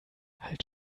halt